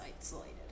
isolated